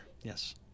yes